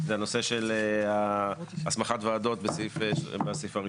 זה הנושא של הסמכת ועדות בסעיף הראשון,